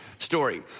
story